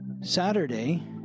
Saturday